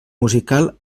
musical